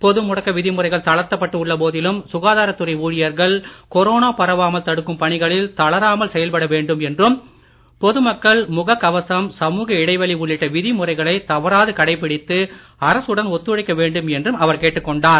பொது முடக்க விதிமுறைகள் தளர்த்தப்பட்டு உள்ள போதிலும் சுகாதாரத் துறை ஊழியர்கள் கொரோனா பரவாமல் தடுக்கும் பணிகளில் தளராமல் செயல்பட வேண்டும் என்றும் பொதுமக்கள் முக கவசம் சமூக இடைவெளி உள்ளிட்ட விதிமுறைகளை தவறாது கடைபிடித்து அரசுடன் ஒத்துழைக்க வேண்டும் என்றும் அவர் கேட்டுக் கொண்டார்